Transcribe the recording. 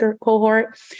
cohort